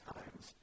Times